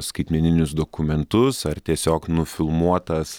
skaitmeninius dokumentus ar tiesiog nufilmuotas